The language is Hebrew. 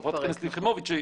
חברת הכנסת יחימוביץ',